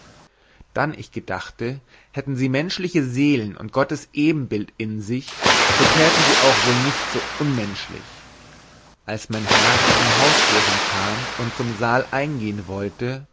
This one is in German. dann ich gedachte hätten sie menschliche seelen und gottes ebenbild in sich so täten sie auch wohl nicht so unmenschlich als mein herr in hausähren kam und zum saal eingehen wollte